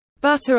Butter